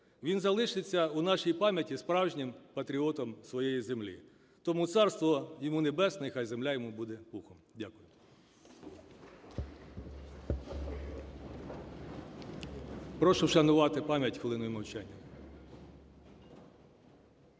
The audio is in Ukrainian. Він залишиться у нашій пам'яті справжнім патріотом своєї землі. Тому Царство йому Небесне, і хай земля йому буде пухом. Дякую. Прошу вшанувати пам'ять хвилиною мовчання.